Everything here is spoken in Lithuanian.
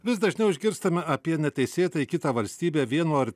vis dažniau išgirstame apie neteisėtai į kitą valstybę vieno ar